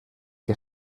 que